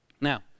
Now